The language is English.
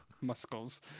Muscles